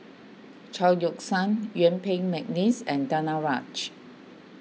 Chao Yoke San Yuen Peng McNeice and Danaraj